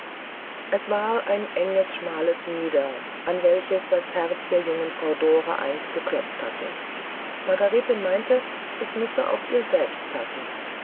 es war ein enges schmales mieder an welches das junge herz der frau dore einst geklopft hatte margarete meinte es müsse auch ihr selbst passen